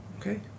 okay